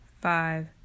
five